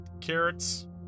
carrots